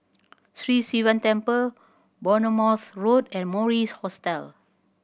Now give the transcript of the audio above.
Sri Sivan Temple Bournemouth Road and Mori's Hostel